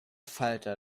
falter